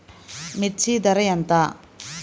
మిర్చి ధర ఎంత?